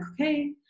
okay